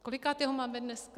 Kolikátého máme dneska?